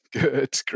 Good